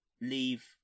leave